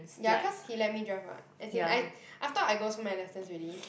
ya cause he let me drive [what] as in like after all I go so many lessons already